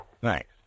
Thanks